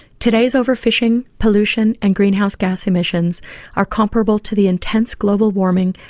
today's overfishing, pollution, and greenhouse gas emissions are comparable to the intense global warming,